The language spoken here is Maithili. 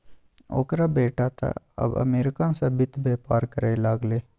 ओकर बेटा तँ आब अमरीका सँ वित्त बेपार करय लागलै